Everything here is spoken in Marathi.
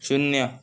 शून्य